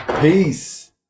Peace